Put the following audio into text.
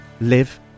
live